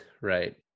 Right